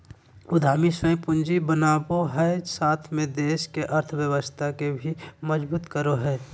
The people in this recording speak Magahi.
उद्यमी स्वयं पूंजी बनावो हइ साथ में देश के अर्थव्यवस्था के भी मजबूत करो हइ